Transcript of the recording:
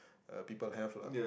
uh people have lah